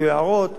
יהיו הערות,